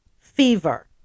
fever